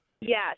Yes